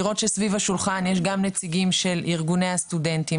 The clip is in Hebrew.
לראות שסביב השולחן יש גם נציגים של ארגוני הסטודנטים,